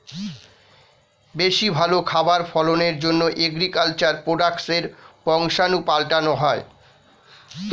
বেশি ভালো খাবার ফলনের জন্যে এগ্রিকালচার প্রোডাক্টসের বংশাণু পাল্টানো হয়